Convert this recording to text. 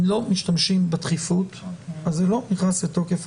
אם לא משתמשים בדחיפות אז זה לא נכנס לתוקף.